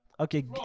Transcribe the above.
Okay